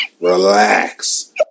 Relax